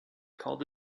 called